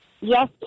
Yes